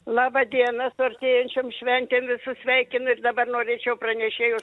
laba diena su artėjančiom šventėm visus sveikinu ir dabar norėčiau pranešėjo